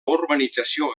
urbanització